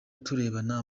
turebana